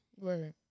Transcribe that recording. Right